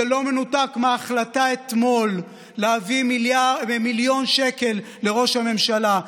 זה לא מנותק מההחלטה אתמול להביא מיליון שקל לראש הממשלה.